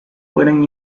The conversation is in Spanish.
fueran